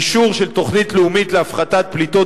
אישור של תוכנית לאומית להפחתת פליטות